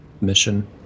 Mission